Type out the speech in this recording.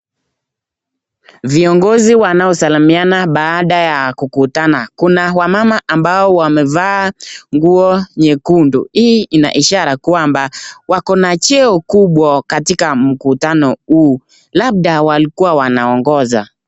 Viongozi wanao salimiana baada ya kukutana , kuna wamama ambao wamevaa nguo nyekundu. Hii ina ishara kwamba wako na cheo kubwa katika mkutano, labda walikua wanaongoza .